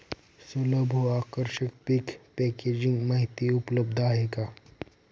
सुलभ व आकर्षक पीक पॅकेजिंग माहिती उपलब्ध आहे का?